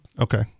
Okay